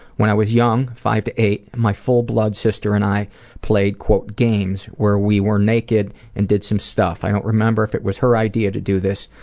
when i was young, five to eight, my full blood sister and i played games where we were naked and did some stuff. i don't remember if it was her idea to do this.